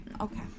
Okay